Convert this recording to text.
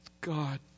God